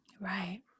Right